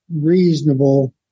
reasonable